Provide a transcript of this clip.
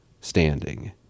standing